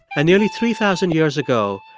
and nearly three thousand years ago,